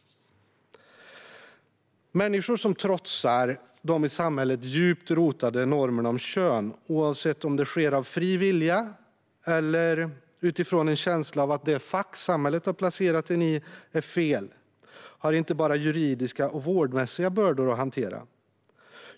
Människor som trotsar de i samhället djupt rotade normerna om kön, oavsett om det sker av fri vilja eller utifrån en känsla av att det fack samhället har placerat en i är fel, har inte bara juridiska och vårdmässiga bördor att hantera.